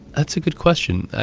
that's a good question.